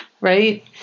Right